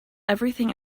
everything